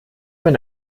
wenn